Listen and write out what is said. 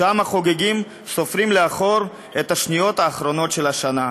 שם החוגגים סופרים לאחור את השניות האחרונות של השנה.